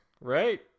right